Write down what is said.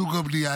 סוג הבנייה,